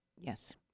Yes